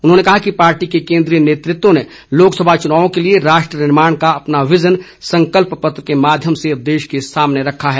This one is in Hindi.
उन्होंने कहा कि पार्टी के केन्द्रीय नेतृत्व ने लोकसभा चुनावों के लिए राष्ट्र निर्माण का अपना विजन संकल्प पत्र के माध्यम से देश के सामने रखा है